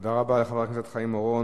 תודה רבה לחבר הכנסת חיים אורון.